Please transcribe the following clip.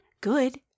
good